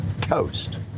toast